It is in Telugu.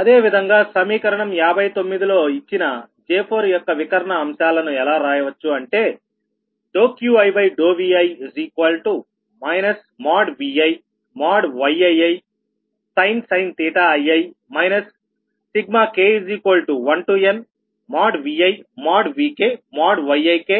అదేవిధంగా సమీకరణం 59 లో ఇచ్చిన J 4 యొక్క వికర్ణ అంశాలను ఎలా రాయవచ్చు అంటే QiVi ViYiisin ii k1nViVkYiksin ik ik QiVi 2ViYiisin ii k1 k≠inViVkYiksin ik